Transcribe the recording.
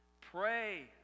Pray